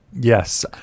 Yes